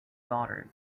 daughters